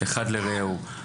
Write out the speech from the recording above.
אחד לרעהו.